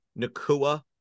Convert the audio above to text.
Nakua